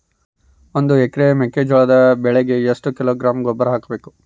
ಒಂದು ಎಕರೆ ಮೆಕ್ಕೆಜೋಳದ ಬೆಳೆಗೆ ಎಷ್ಟು ಕಿಲೋಗ್ರಾಂ ಗೊಬ್ಬರ ಹಾಕಬೇಕು?